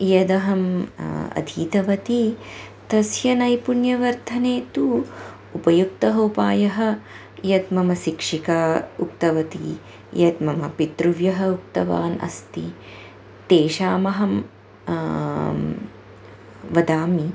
यदहम् अधीतवती तस्य नैपुण्यवर्धने तु उपयुक्तः उपायः यत् मम शिक्षिका उक्तवती यत् मम पितृव्यः उक्तवान् अस्ति तेषामहं वदामि